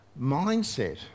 mindset